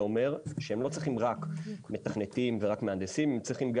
זה אומר שהם לא צריכים רק מתכנתים ורק מהנדסים הם צריכים גם